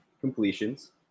completions